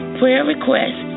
prayerrequest